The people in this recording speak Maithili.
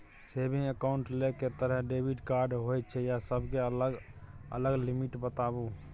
सेविंग एकाउंट्स ल के तरह के डेबिट कार्ड होय छै आ सब के अलग अलग लिमिट बताबू?